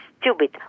stupid